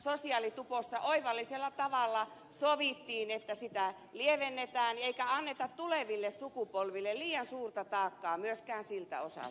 sosiaalitupossa oivallisella tavalla sovittiin että sitä lievennetään eikä anneta tuleville sukupolville liian suurta taakkaa myöskään siltä osalta